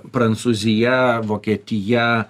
prancūzija vokietija